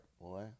Boy